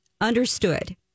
understood